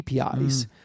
APIs